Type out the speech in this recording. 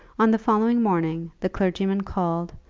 on the following morning the clergyman called,